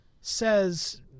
says